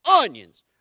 onions